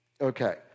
Okay